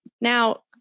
Now